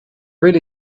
really